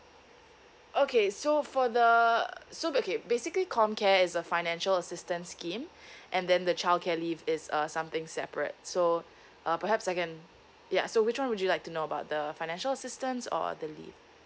okay so for the err so okay basically com care is a financial assistance scheme and then the childcare leave is uh something separate so uh perhaps I can ya so which one would you like to know about the financial assistance or the leave